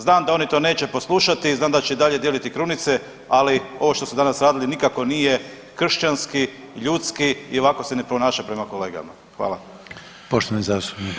Znam da oni to neće poslušati i znam da će i dalje dijeliti krunice, ali ovo što su danas radili nikako nije kršćanski, ljudski i ovako se ne ponaša prema kolegama.